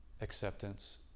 acceptance